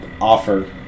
offer